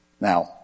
Now